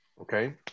okay